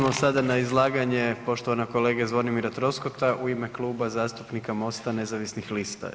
Idemo sada na izlaganje poštovanog kolege Zvonimira Troskota u ime Kluba zastupnika MOST-a nezavisnih lista.